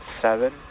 seven